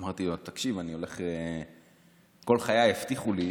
אמרתי לו, כל חיי הבטיחו לי: